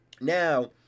Now